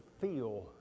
feel